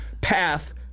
path